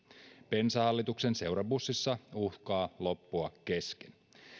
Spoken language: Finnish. bensa hallituksen seurabussissa uhkaa loppua kesken